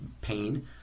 pain